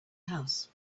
house